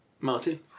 Martin